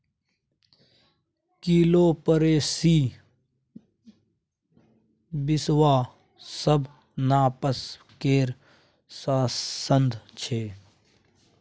kilo, पसेरी, बिसवा सब नापय केर साधंश छै